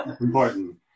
Important